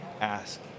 ask